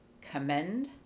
commend